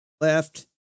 left